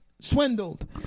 swindled